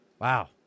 Wow